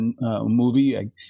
movie